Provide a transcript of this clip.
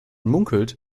munkelt